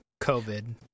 covid